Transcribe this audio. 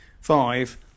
five